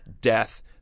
death